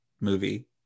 movie